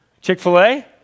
Chick-fil-A